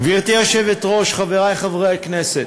גברתי היושבת-ראש, חברי חברי הכנסת.